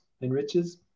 enriches